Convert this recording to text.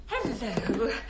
Hello